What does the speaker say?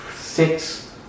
six